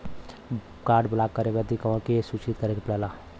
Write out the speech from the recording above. Card block करे बदी के के सूचित करें के पड़ेला?